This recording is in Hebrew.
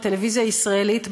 הטלוויזיה הישראלית,